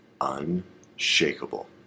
unshakable